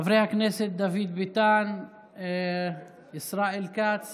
חברי הכנסת דוד ביטן, ישראל כץ